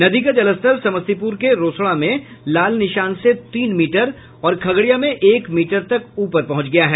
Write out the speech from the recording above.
नदी का जलस्तर समस्तीपुर के रोसड़ा में लाल निशान से तीन मीटर और खगड़िया में एक मीटर तक ऊपर पहुंच गया है